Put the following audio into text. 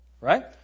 Right